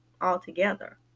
altogether